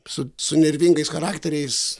su su nervingais charakteriais